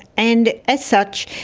and as such,